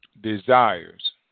desires